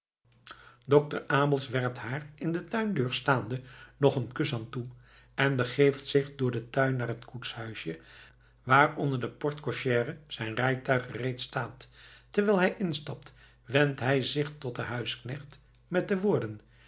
dokter abels werpt haar in de tuindeur staande nog een kushand toe en begeeft zich door den tuin naar het koetshuis waar onder de porte cochère zijn rijtuig gereedstaat terwijl hij instapt wendt hij zich tot den huisknecht met de woorden